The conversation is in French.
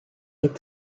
est